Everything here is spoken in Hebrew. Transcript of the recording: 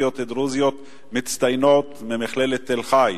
סטודנטיות דרוזיות מצטיינות ממכללת תל-חי,